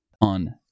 on